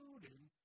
including